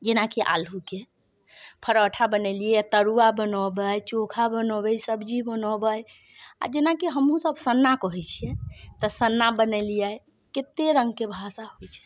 जेनाकि आलूके परौठा बनेलियै हँ या तरुआ बनेबै चोखा बनबै सब्जी बनबै आ जेनाकि हमहुँ सब सन्ना कहैत छियै तऽ सन्ना बनेलियै कते रङ्गके भाषा होयत छै